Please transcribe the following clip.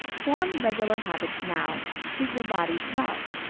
form regular habits now, treat your bodies well.